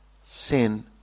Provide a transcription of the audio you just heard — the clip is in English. sin